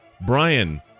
Brian